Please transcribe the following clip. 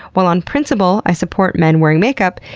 while on principle i support men wearing makeup,